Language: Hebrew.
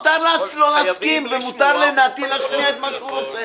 מותר לא להסכים ומותר לנתי ביאליסטוק להשמיע את מה שהוא רוצה.